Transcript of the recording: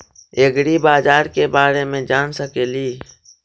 ऐग्रिबाजार के बारे मे जान सकेली?